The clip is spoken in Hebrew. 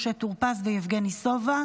משה טור פז ויבגני סובה.